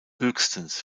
höchstens